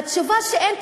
התשובה שאין תקציב,